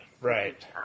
Right